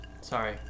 Sorry